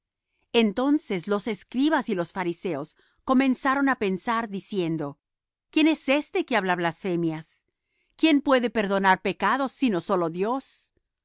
entonces los escribas y los fariseos comenzaron á pensar diciendo quién es éste que habla blasfemias quién puede perdonar pecados sino sólo dios